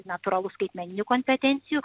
natūralu skaitmeninių kompetencijų